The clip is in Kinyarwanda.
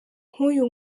uyu